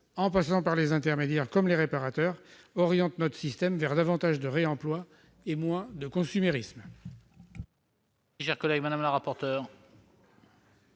en passant par les intermédiaires, comme les réparateurs, orientent notre système vers davantage de réemploi et moins de consumérisme.